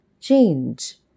Change